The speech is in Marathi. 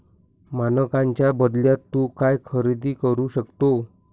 मानकांच्या बदल्यात तू काय खरेदी करू शकतो?